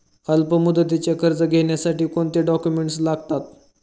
अल्पमुदतीचे कर्ज घेण्यासाठी कोणते डॉक्युमेंट्स लागतात?